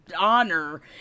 honor